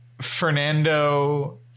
Fernando